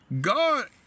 God